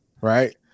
right